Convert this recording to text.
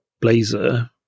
blazer